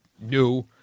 new